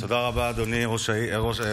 תודה רבה, אדוני היושב-ראש.